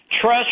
trust